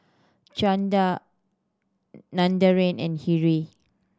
Chanda Narendra and Hri